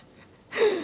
ya